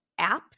apps